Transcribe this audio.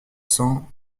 cents